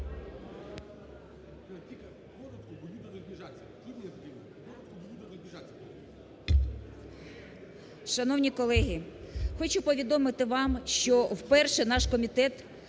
Шановні колеги, хочу повідомити вам, що вперше наш комітет